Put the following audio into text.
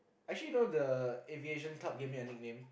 actually know the aviation club gave me a nickname